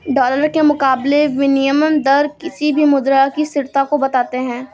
dollar के मुकाबले विनियम दर किसी भी मुद्रा की स्थिरता को बताते हैं